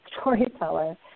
storyteller